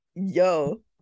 Yo